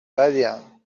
بدیم